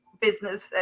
business